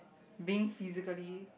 being physically